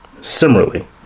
Similarly